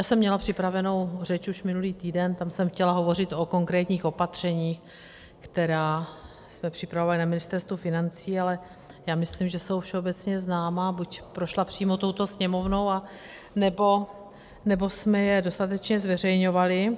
Já jsem měla připravenou řeč už minulý týden, tam jsem chtěla hovořit o konkrétních opatřeních, která jsme připravovali na Ministerstvu financí, ale já myslím, že jsou všeobecně známá, buď prošla přímo touto Sněmovnou, anebo jsme je dostatečně zveřejňovali.